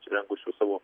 įsirengusių savo